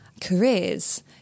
careers